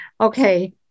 okay